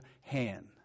hand